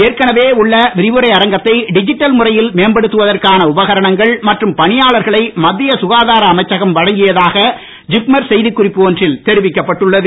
ஏற்கனவே உள்ள விரைவுரை மேம்படுத்துவதற்கான உபகரணங்கள் மற்றும் பணியாளர்களை மத்திய சுகாதார அமைச்சகம் வழங்கியதாக ஜிப்மர் செய்தி குறிப்பு ஒன்றில் தெரிவிக்கப்பட்டுள்ளது